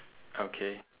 okay